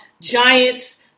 Giants